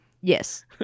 Yes